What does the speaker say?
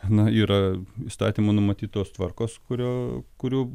na yra įstatymų numatytos tvarkos kurio kurių